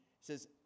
says